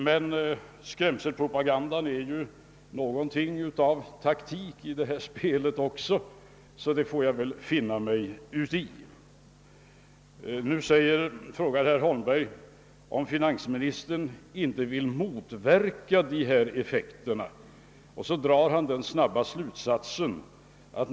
Men skrämselpropaganda tillhör ju taktiken i detta spel, så jag får väl finna mig i den. Herr Holmberg frågar, om jag inte vill motverka effekterna av den föreslagna höjningen.